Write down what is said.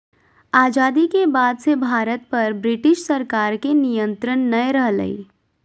आजादी के बाद से भारत पर ब्रिटिश सरकार के नियत्रंण नय रहलय